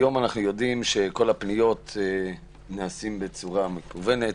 היום אנחנו יודעים שכל הפניות נעשות בצורה מקוונת,